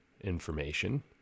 information